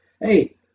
Hey